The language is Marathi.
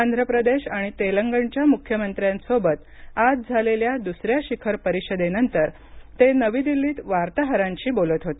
आंध्र प्रदेश आणि तेलंगणच्या मुख्यमंत्र्यांसोबत आज झालेल्या दुसऱ्या शिखर परिषदेनंतर ते नवी दिल्लीत वार्ताहरांशी बोलत होते